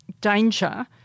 danger